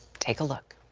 take a look.